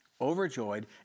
overjoyed